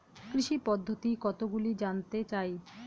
কৃষি পদ্ধতি কতগুলি জানতে চাই?